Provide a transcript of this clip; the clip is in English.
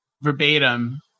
verbatim